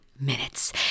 minutes